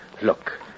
Look